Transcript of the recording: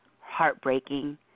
heartbreaking